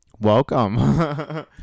Welcome